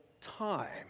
time